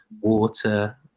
water